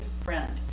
friend